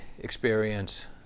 experience